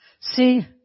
See